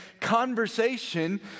conversation